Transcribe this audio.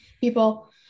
people